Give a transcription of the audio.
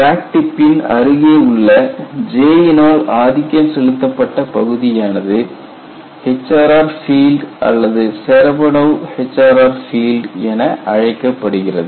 crack டிப்பின் அருகே உள்ள J னால்ஆதிக்கம் செலுத்தப்பட்ட பகுதியானது HRR பீல்டு அல்லது செரெபனோவ் HRR பீல்டு என அழைக்கப்படுகிறது